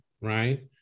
right